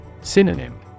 Synonym